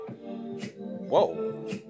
Whoa